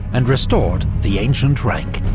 and restored the ancient rank.